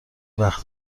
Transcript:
وقت